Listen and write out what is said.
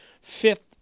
fifth